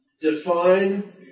define